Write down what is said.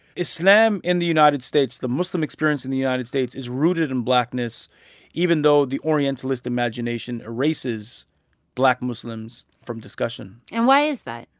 islam in the united states, the muslim experience in the united states is rooted in blackness even though the orientalist imagination erases black muslims from discussion and why is that?